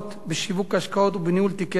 בשיווק השקעות ובניהול תיקי השקעות